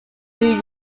new